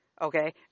okay